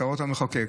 את הערות המחוקק.